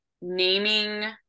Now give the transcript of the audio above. naming